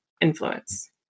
influence